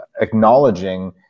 acknowledging